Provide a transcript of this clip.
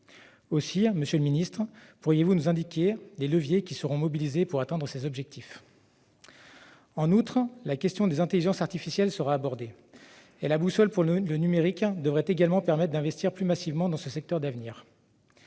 valeur. Monsieur le secrétaire d'État, quels leviers seront-ils mobilisés pour atteindre ces objectifs ? En outre, la question des intelligences artificielles sera abordée. La boussole numérique devrait également permettre d'investir plus massivement dans ce secteur d'avenir.